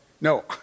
No